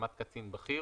בהסכמת קצין בכיר,